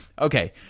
okay